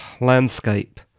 landscape